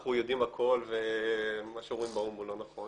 אנחנו יודעים הכול ומה שרואים באו"ם הוא לא נכון,